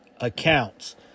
accounts